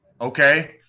Okay